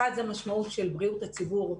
אחד זה משמעות של בריאות הציבור,